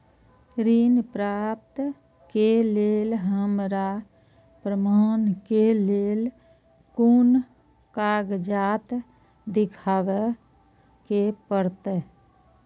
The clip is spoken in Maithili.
ऋण प्राप्त के लेल हमरा प्रमाण के लेल कुन कागजात दिखाबे के परते?